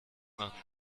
nach